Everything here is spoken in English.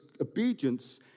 obedience